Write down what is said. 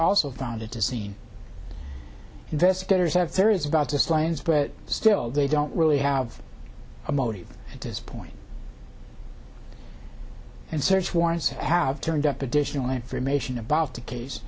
also founded to scene investigators have theories about just lions but still they don't really have a motive at this point and search warrants have turned up additional information about the case